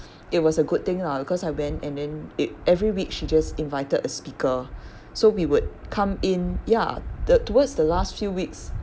it was a good thing lah because I went and then every week she just invited a speaker so we would come in ya the towards the last few weeks